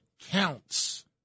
counts